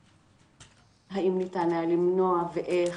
האם ניתן היה למנוע ואיך,